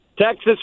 Texas